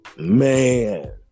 man